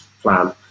plan